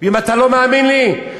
אם אתה לא מאמין לי,